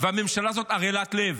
והממשלה הזאת ערלת לב.